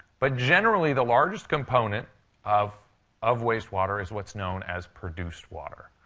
but generally, the largest component of of wastewater is what's known as produced water.